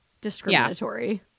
discriminatory